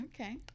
okay